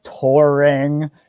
touring